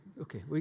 Okay